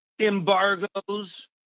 embargoes